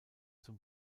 zum